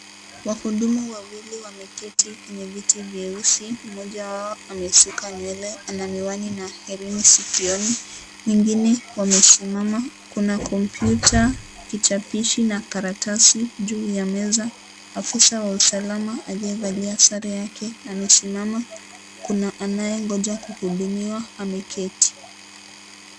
Wahudumu wawili wameketi kwenye viti vyeusi, mmoja wao amesuka nywele ana miwani na herini sikioni. Wengine wamesimama. Kuna kompyuta kichapishi na karatasi juu ya meza. Afisa wa usalama aliyevalia sare yake amesimama. Kuna anayengoja kuhudumiwa ameketi.